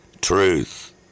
truth